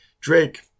Drake